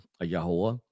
Yahweh